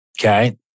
Okay